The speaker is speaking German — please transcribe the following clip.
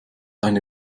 eine